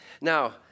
Now